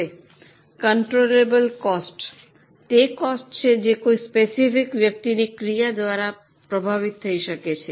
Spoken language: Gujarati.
હવે કન્ટ્રોલબલ કોસ્ટ તે કોસ્ટ છે જે કોઈ સ્પેસિફિક વ્યક્તિની ક્રિયા દ્વારા પ્રભાવિત થઈ શકે છે